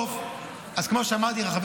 כמו שאמרתי לך,